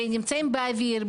והם נמצאים באוויר.